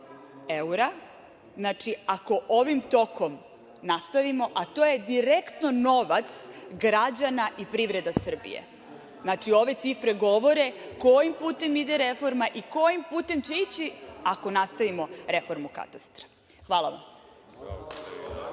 evra. Znači, ako ovim tokom nastavimo, a to je direktno novac građana i privrede Srbije. Znači, ove cifre govore kojim putem ide reforma i kojim putem će ići ako nastavimo reformu katastra. Hvala vam.